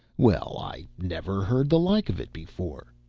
well, i never heard the like of it before.